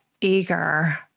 eager